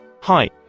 Hi